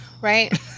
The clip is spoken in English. Right